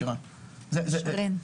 שרן,